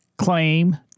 claim